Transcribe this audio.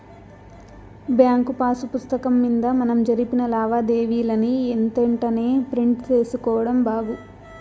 bank pass పుస్తకం మింద మనం జరిపిన లావాదేవీలని ఎంతెంటనే ప్రింట్ సేసుకోడం బాగు